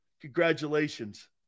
Congratulations